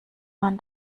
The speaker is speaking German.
man